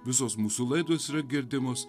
visos mūsų laidos yra girdimos